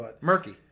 Murky